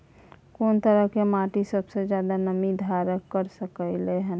कोन तरह के माटी सबसे ज्यादा नमी धारण कर सकलय हन?